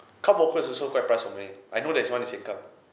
cup walk is also quite pricey for me I know there's one in sengkang